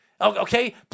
Okay